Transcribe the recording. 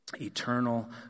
eternal